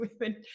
women